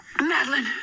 Madeline